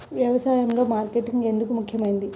వ్యసాయంలో మార్కెటింగ్ ఎందుకు ముఖ్యమైనది?